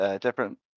different